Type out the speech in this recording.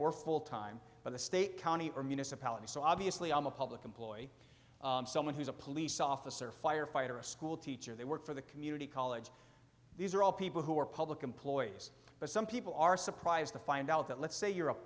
or full time but the state county or municipality so obviously i'm a public employee someone who's a police officer firefighter a school teacher they work for the community college these are all people who are public employees but some people are surprised to find out that let's say